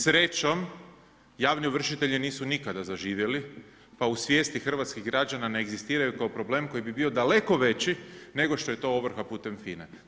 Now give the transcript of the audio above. Srećom, javni ovršitelji nisu nikada zaživjeli, pa u svijesti hrvatskih građana ne egzistiraju kao problem koji bi bio daleko veći nego što je to ovrha putem FINA-e.